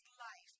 life